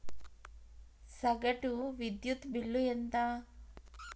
సగటు విద్యుత్ బిల్లు ఎంత?